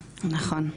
נכון.